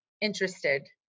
interested